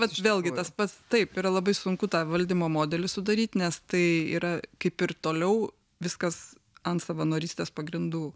bet vėlgi tas pats taip yra labai sunku tą valdymo modelį sudaryt nes tai yra kaip ir toliau viskas ant savanorystės pagrindų